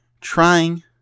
trying